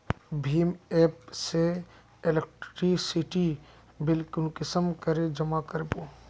भीम app से electricity bill कुंसम करे जमा कर बो?